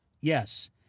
yes